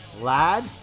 Lad